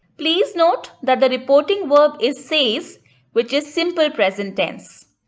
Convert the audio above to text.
please note that the reporting verb is says which is simple present tense.